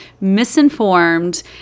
misinformed